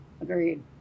Agreed